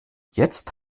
jetzt